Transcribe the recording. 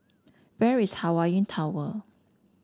where is Hawaii Tower